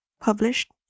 published